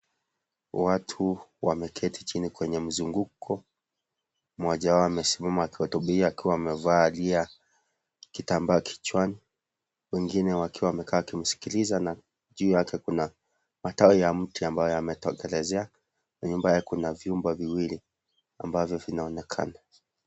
Watu wameketi chini kwenye mzunguko mmoja wao amesimama anahutubia akiwa amevalia kitambaa kichwani wengine wakimsikiliza na juu yake kuna matawi ya mti ambayo yametokelezea nyuma kuna vyumba viwili ambavyovinaonekana.